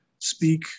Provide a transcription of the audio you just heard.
speak